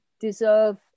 deserve